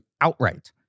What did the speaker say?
outright